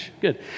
Good